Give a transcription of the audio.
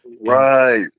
Right